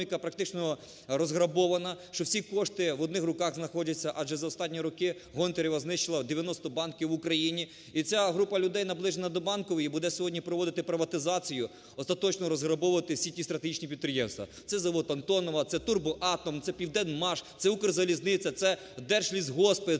практично розграбована, що всі кошти в одних руках знаходяться. Адже за останні роки Гонтарева знищила 90 банків в Україні. І ця група людей наближена до Банкової, буде проводити сьогодні приватизацію, остаточно розграбовувати всі ті стратегічні підприємства. Це завод "Антонова", це "Турбоатом", це "Південмаш", це "Укрзалізниця", це держлісгоспи,